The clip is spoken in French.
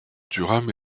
durham